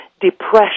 depression